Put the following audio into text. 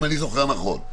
אם אני זוכר נכון.